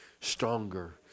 stronger